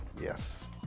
Yes